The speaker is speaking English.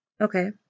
okay